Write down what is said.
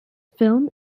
film